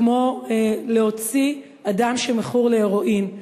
כמו להוציא אדם שמכור להרואין,